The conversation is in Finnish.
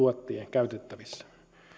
käytettävissä